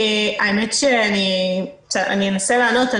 אני אנסה לענות.